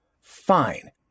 fine